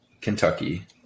Kentucky